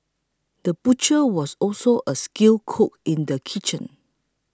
the butcher was also a skilled cook in the kitchen